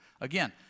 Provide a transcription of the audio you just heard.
Again